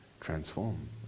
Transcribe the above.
transform